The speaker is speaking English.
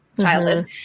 childhood